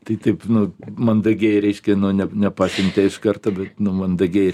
tai taip nu mandagiai reiškia nu ne nepasiuntė iš karto be mandagiai